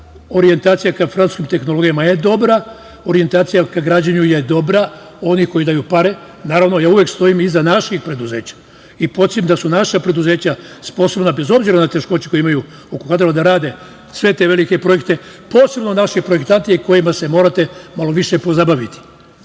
orijentacija ka francuskim tehnologijama je dobra, orijentacija ka građenju je dobra onih koji daju pare. Naravno, ja uvek stojim iza naših preduzeća i podsećam da su naša preduzeća sposobna, bez obzira na teškoće koje imaju, da rade sve te velike projekte, posebno naši projektanti kojima se morate malo više pozabaviti.